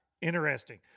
interesting